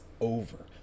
over